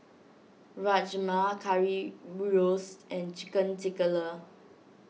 Rajma Currywurst and Chicken